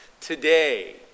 today